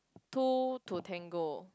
two two tango